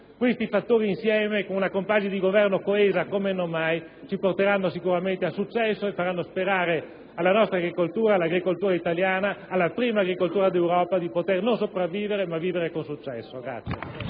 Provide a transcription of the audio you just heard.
unitamente ad una compagine di Governo coesa come non mai, ci porteranno sicuramente al successo e faranno sperare alla nostra agricoltura, all'agricoltura italiana, alla prima agricoltura di Europa di poter non sopravvivere, ma vivere con successo.